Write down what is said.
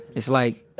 it's like,